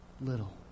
little